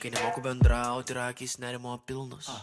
kai nemoku bendraut ir akys nerimo pilnos